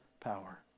power